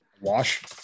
Wash